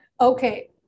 Okay